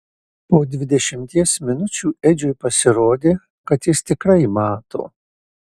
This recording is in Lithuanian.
po dvidešimties minučių edžiui pasirodė kad jis tikrai mato